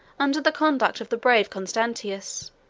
under the conduct of the brave constantius.